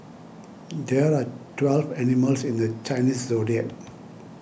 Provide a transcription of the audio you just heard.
there are twelve animals in the Chinese zodiac